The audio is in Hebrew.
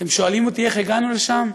אתם שואלים אותי איך הגענו לשם?